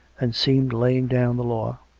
and seemed laying down the law,